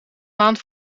maand